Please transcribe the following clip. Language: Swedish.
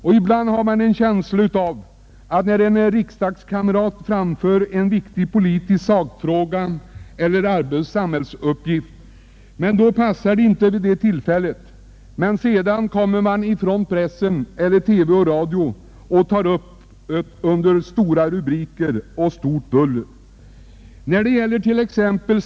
Och ibland har man en känsla av att när en riksdagskamrat för fram en viktig politisk sakfråga eller samhällsuppgift, så passar inte detta vid det tillfället. Men sedan tar pressen eller radio-TV under stora rubriker och 'stort buller upp det hela.